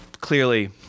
clearly